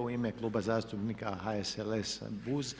U ime Kluba zastupnika HSLS, BUZ,